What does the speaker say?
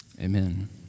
Amen